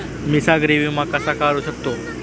मी सागरी विमा कसा करू शकतो?